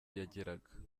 yageraga